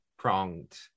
pronged